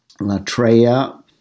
latreia